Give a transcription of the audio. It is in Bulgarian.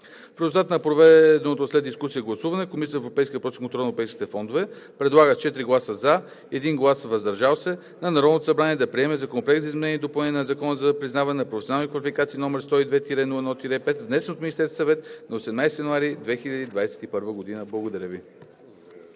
В резултат на проведеното след дискусията гласуване, Комисията по европейските въпроси и контрол на европейските фондове предлага с 4 гласа „за“ и 1 глас „въздържал се“ на Народното събрание да приеме Законопроект за изменение и допълнение на Закона за признаване на професионални квалификации, № 102-01-5, внесен от Министерския съвет на 18 януари 2021 г.“ Благодаря Ви.